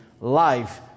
life